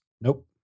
Nope